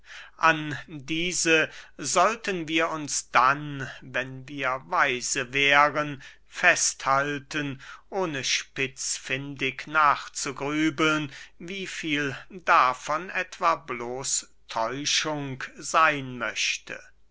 an diese sollten wir uns dann wenn wir weise wären festhalten ohne spitzfindig nachzugrübeln wie viel davon etwa bloße täuschung seyn möchte